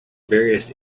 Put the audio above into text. various